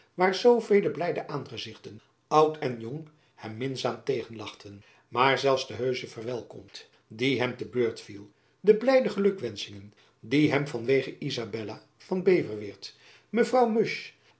waar zoovele blijde aangezichten oud en jong hem minzaam tegenlachten maar zelfs de heusche verwelkomst die hem te beurt viel de blijde gelukwenschingen die hem van wege izabella van beverweert mevrouw musch